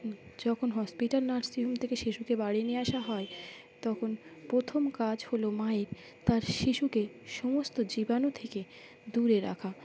যখন hospital nursing home থেকে শিশুকে বাড়ি নিয়ে আসা হয় তখন প্রথম কাজ হলো মায়ের তার শিশুকে সমস্ত জীবাণু থেকে দূরে রাখা